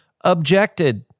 objected